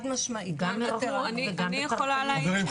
אני יכולה להעיד --- חברים,